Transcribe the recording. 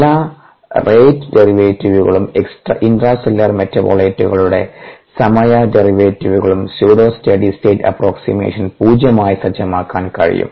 എല്ലാ റേറ്റ് ഡെറിവേറ്റീവുകളും ഇൻട്രാസെല്ലുലാർ മെറ്റബോളിറ്റുകളുടെ സമയ ഡെറിവേറ്റീവുകളും സ്യൂഡോ സ്റ്റെഡി സ്റ്റേറ്റ് അപ്പ്രോക്സിമേഷൻ പൂജ്യമായി സജ്ജമാക്കാൻ കഴിയും